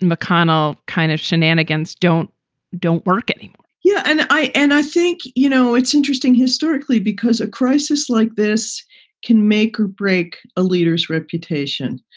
mcconnell kind of shenanigans don't don't work anymore you yeah and i and i think, you know, it's interesting historically because a crisis like this can make or break a leader's reputation.